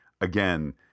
again